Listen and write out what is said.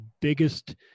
biggest